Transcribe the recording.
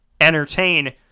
entertain